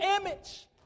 image